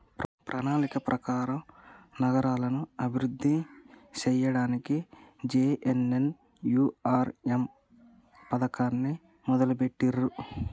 ప్రణాళిక ప్రకారం నగరాలను అభివృద్ధి సేయ్యడానికి జే.ఎన్.ఎన్.యు.ఆర్.ఎమ్ పథకాన్ని మొదలుబెట్టిర్రు